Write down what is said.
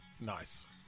nice